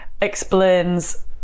explains